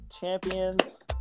champions